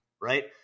right